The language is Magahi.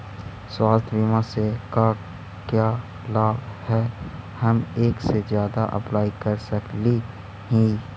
स्वास्थ्य बीमा से का क्या लाभ है हम एक से जादा अप्लाई कर सकली ही?